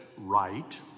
right